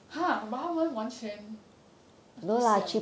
!huh! but 他们完全不像